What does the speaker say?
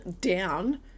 down